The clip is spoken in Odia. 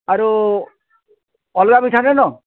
ଆରୁ ଅଲ୍ଗା ମିଠା ନାଇଁନ